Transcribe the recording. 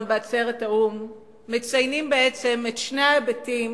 בעצרת האו"ם מציינים בעצם את שני ההיבטים